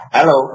Hello